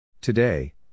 Today